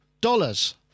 dollars